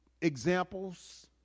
examples